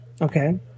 okay